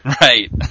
Right